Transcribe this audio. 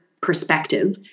perspective